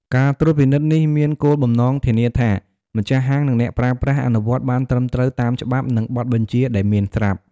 ការត្រួតពិនិត្យនេះមានគោលបំណងធានាថា ម្ចាស់ហាង និងអ្នកប្រើប្រាស់ អនុវត្តបានត្រឹមត្រូវតាមច្បាប់ និងបទបញ្ជាដែលមានស្រាប់។